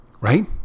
right